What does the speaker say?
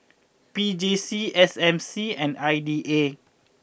P J C S M C and I D A